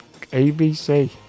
abc